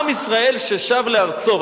עם ישראל ששב לארצו.